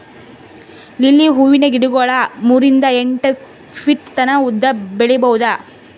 lily ಹೂವಿನ ಗಿಡಗೊಳ್ ಮೂರಿಂದ್ ಎಂಟ್ ಫೀಟ್ ತನ ಉದ್ದ್ ಬೆಳಿಬಹುದ್